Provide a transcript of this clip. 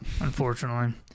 Unfortunately